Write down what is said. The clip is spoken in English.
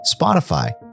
Spotify